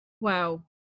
Wow